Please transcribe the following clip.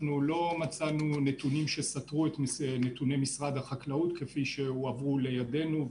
אנחנו לא מצאנו נתונים שסתרו את נתוני משרד החקלאות כפי שהועברו לידינו,